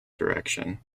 direction